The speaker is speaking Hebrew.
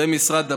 זה משרד הפנים.